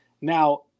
Now